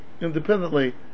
independently